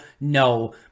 No